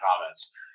comments